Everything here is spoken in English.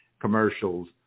commercials